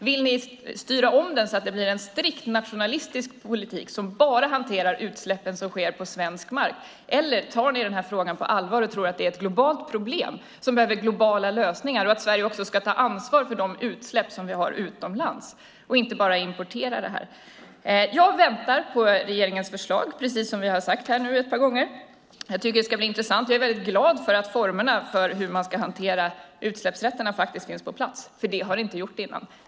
Vill ni styra om den så att det blir en strikt nationalistisk politik som bara hanterar de utsläpp som sker på svensk mark? Tar ni frågan på allvar, och tror ni att det är ett globalt problem som behöver globala lösningar? Tycker ni att Sverige ska ta ansvar för de utsläpp som sker utomlands och inte bara importera detta? Jag väntar på regeringens förslag, som vi har sagt ett par gånger. Jag tycker att det ska bli intressant. Jag är glad för att formerna för hur man ska hantera utsläppsrätterna finns på plats. Det har de inte gjort tidigare.